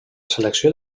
selecció